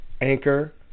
Anchor